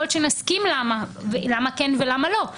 יכול להיות שנסכים למה כן ולמה לא.